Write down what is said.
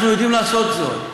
אנחנו יודעים לעשות זאת.